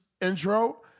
intro